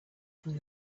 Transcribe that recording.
from